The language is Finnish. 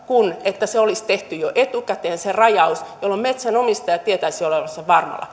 kuin silloin että olisi tehty jo etukäteen se rajaus jolloin metsänomistaja tietäisi olevansa varmalla